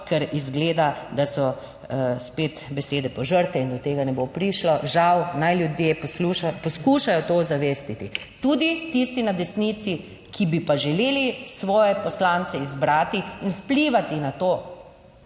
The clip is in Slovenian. ker izgleda, da so spet besede požrte in do tega ne bo prišlo, žal, naj ljudje poslušajo, poskušajo to ozavestiti, tudi tisti na desnici, ki bi pa želeli svoje poslance izbrati in vplivati na to,